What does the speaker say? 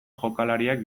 jokalariek